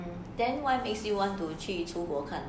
then what makes you want to 去出国看